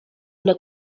una